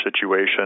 situation